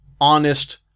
honest